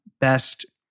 best